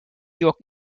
york